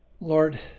Lord